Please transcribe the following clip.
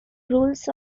rules